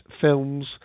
films